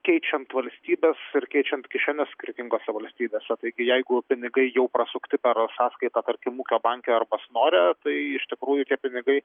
keičiant valstybes ir keičiant kišenes skirtingose valstybėse taigi jeigu pinigai jau prasukti per sąskaitą tarkim ūkio banke arba snore tai iš tikrųjų tie pinigai